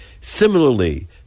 Similarly